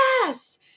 yes